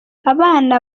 abana